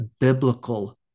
biblical